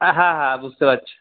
হ্যাঁ হ্যাঁ বুঝতে পারছি